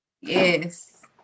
Yes